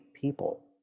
people